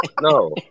No